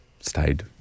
stayed